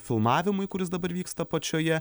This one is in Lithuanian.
filmavimui kuris dabar vyksta pačioje